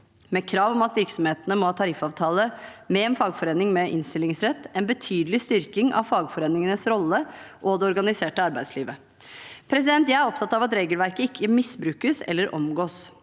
med krav om at virksomhetene må ha tariffavtale med en fagforening med innstillingsrett – en betydelig styrking av fagforeningenes rolle og det organiserte arbeidslivet. Jeg er opptatt av at regelverket ikke misbrukes eller omgås.